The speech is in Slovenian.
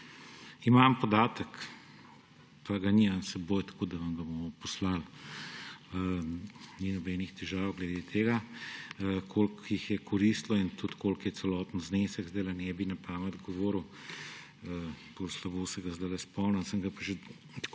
Imam podatek, pa ga nimam s seboj, tako da vam ga bomo poslali, ni nobenih težav glede tega. Koliko jih je koristilo in tudi koliko je celoten znesek, zdaj ne bi na pamet govoril, bolj slabo se ga zdaj spomnim, sem ga pa že